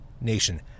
Nation